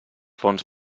fons